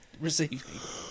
Receive